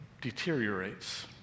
deteriorates